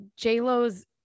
JLo's